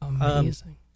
Amazing